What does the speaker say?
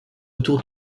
autour